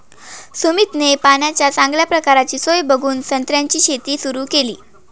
सुमितने पाण्याची चांगल्या प्रकारची सोय बघून संत्र्याची शेती सुरु केली